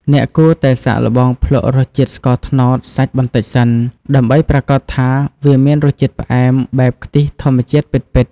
អ្នកគួរតែសាកល្បងភ្លក់រសជាតិស្ករត្នោតសាច់បន្តិចសិន ដើម្បីប្រាកដថាវាមានរសជាតិផ្អែមបែបខ្ទិះធម្មជាតិពិតៗ។